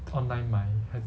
online 买